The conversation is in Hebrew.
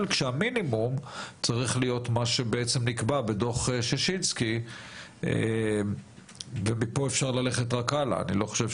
כשהמינימום צריך להיות מה שנקבע בדוח ששינסקי ומפה אפשר ללכת רק הלאה,